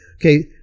Okay